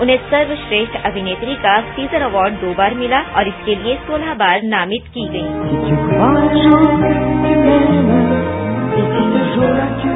उन्हें सर्वश्रेष्ठ अभिनेत्री का सीजर अवार्ड दो बार मिला और इसके लिए सोलह बार नामित की गईं